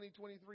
2023